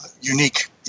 unique